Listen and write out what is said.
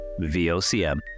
VOCM